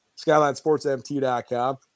SkylineSportsMT.com